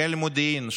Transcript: חיל המודיעין,